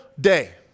day